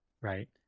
right